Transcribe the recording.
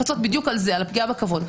הפיצוי נועד לפצות על הפגיעה בכבוד.